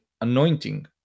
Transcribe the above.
anointing